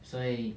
所以